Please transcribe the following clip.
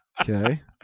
Okay